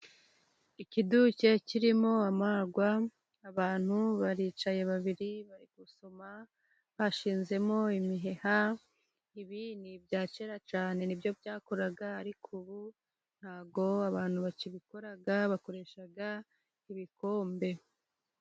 Ikiduke kirimo amagwa, abantu baricaye babiri bari gusoma bashinzemo imiheha, ibi ni byakera cyane nibyo byakoraga ariko ubu ntabwo abantu bakibikora, bakoresha ibikombe.